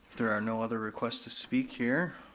there are no other requests to speak here.